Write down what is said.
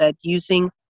using